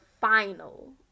final